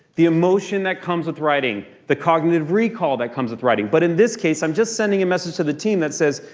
the emotion that comes with writing. the cognitive recall that comes with writing, but in this case, i'm just sending a message to the team that says,